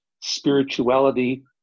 spirituality